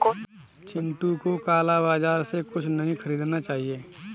चिंटू को काला बाजार से कुछ नहीं खरीदना चाहिए